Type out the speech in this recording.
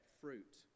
fruit